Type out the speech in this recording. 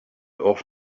off